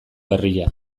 berria